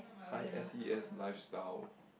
high S_E_S lifestyle